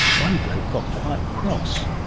one bloke got quite cross.